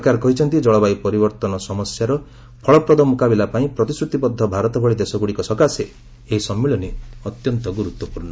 ସରକାର କହିଛନ୍ତି ଜଳବାୟୁ ପରିବର୍ତ୍ତନ ସମସ୍ୟାର ଫଳପ୍ରଦ ମୁକାବିଲା ପାଇଁ ପ୍ରତିଶ୍ରତିବଦ୍ଧ ଭାରତ ଭଳି ଦେଶଗୁଡ଼ିକ ସକାଶେ ଏହି ସମ୍ମିଳନୀ ଅତ୍ୟନ୍ତ ଗୁରୁତ୍ୱପୂର୍ଣ୍ଣ